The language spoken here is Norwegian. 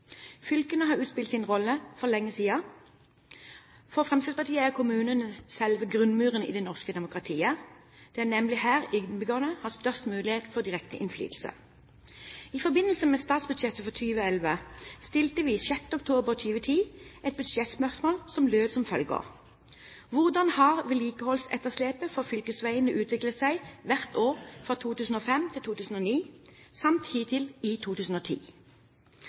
Fylkene har utspilt sin rolle for lenge siden. For Fremskrittspartiet er kommunene selve grunnmuren i det norske demokratiet. Det er nemlig her innbyggerne har størst mulighet for direkte innflytelse. I forbindelse med statsbudsjettet for 2011 stilte vi den 6. oktober 2010 et budsjettspørsmål som lød som følger: «Hvordan har vedlikeholdsetterslepet for fylkesveiene utviklet seg hvert år fra 2005 til 2009, samt hittil i 2010?»